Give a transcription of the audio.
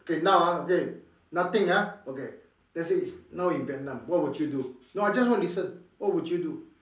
okay now ah okay nothing ah okay let's say it's now in Vietnam what would you do no I just want to listen what would you do